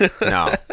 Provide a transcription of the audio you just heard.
No